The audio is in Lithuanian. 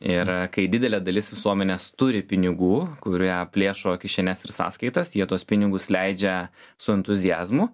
ir kai didelė dalis visuomenės turi pinigų kurie plėšo kišenes ir sąskaitas jie tuos pinigus leidžia su entuziazmu